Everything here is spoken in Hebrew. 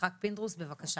יצחק פינדרוס, בבקשה.